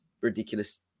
ridiculous